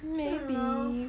maybe